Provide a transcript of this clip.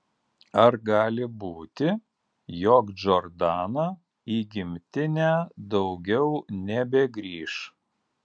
ar gali būti jog džordana į gimtinę daugiau nebegrįš